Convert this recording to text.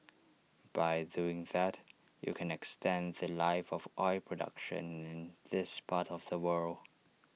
by doing that you can extend The Life of oil production in this part of the world